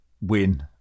win